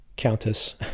Countess